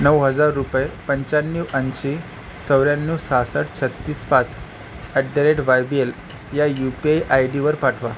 नऊ हजार रुपये पंच्याण्णव ऐंशी चौऱ्याण्णव सासष्ट छत्तीस पाच at the rate Y B L या यू पी आय आय डीवर पाठवा